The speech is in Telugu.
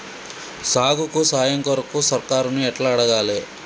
సాగుకు సాయం కొరకు సర్కారుని ఎట్ల అడగాలే?